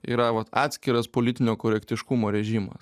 yra vat atskiras politinio korektiškumo režimas